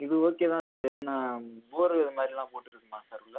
இது ஓகே தான் சார் என்ன போரு மாதிரிலாம் போட்டிருக்குமா சார் உள்ளே